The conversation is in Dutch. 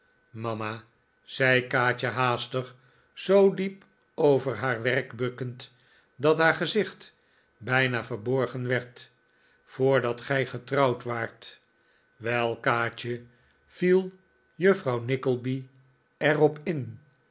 mama zei kaatje haastig zoo diepover haar werk bukkend dat haar gezicht bijna verborgen werd r voordat gij genieuwe liefdesblijken trouwd waart wel kaatje viel juffrouw nickleby er op in